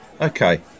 okay